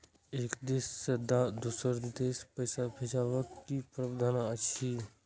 एक देश से दोसर देश पैसा भैजबाक कि प्रावधान अछि??